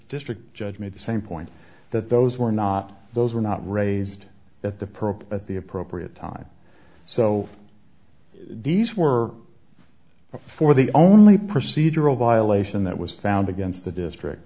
district judge made the same point that those were not those were not raised at the perp at the appropriate time so these were for the only procedural violation that was found against the district